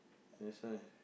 that's why